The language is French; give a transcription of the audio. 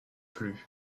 plus